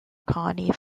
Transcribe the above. connie